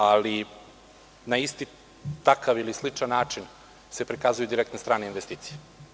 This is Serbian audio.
Ali, na isti takav ili sličan način se prikazuju i direktne strane investicije.